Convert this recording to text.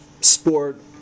sport